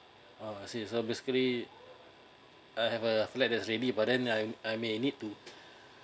ah I see so basically I have a flat that's ready but then I I may need to